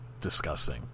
disgusting